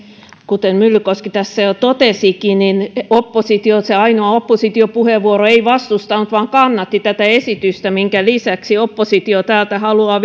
kuten myllykoski jo totesikin niin se ainoa opposition puheenvuoro ei vastustanut vaan kannatti tätä esitystä minkä lisäksi oppositio täältä haluaa